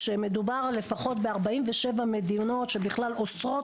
כשמדובר לפחות ב-47 מדינות שבכלל אוסרות